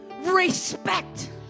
respect